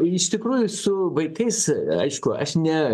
iš tikrųjų su vaikais aišku aš ne